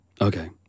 okay